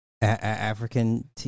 African